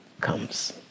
comes